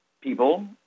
people